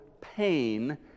pain